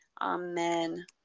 amen